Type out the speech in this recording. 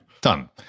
Done